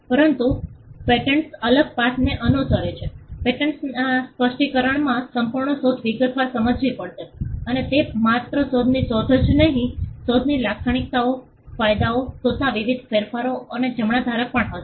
પરંતુ પેટન્ટ્સ અલગ પાથને અનુસરે છે પેટન્ટના સ્પષ્ટીકરણમાં સંપૂર્ણ શોધ વિગતવાર સમજાવવી પડશે અને તે માત્ર શોધની શોધ જ નહીં શોધની લાક્ષણિકતાઓના ફાયદા શોધના વિવિધ ફેરફારો અને જમણા ધારક પણ હશે